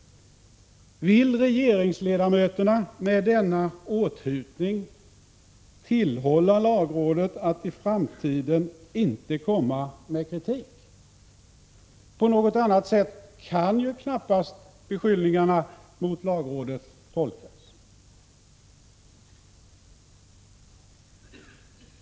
Vill regeringsledamöterna med denna åthutning tillhålla lagrådet att i framtiden inte komma med kritik? På något annat sätt kan ju knappast beskyllningarna mot lagrådet tolkas.